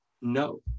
no